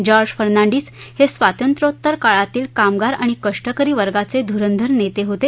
George Fernandes हे स्वातंत्र्योत्तर काळातील कामगार आणि कष्टकरी वर्गाचे धुरंधर नेते होते